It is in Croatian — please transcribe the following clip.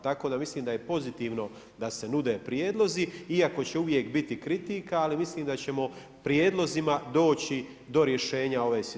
Tako da mislim da je pozitivno da se nude prijedlozi iako će uvijek biti kritika, ali mislim da ćemo prijedlozima doći do rješenja ove situacije.